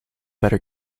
better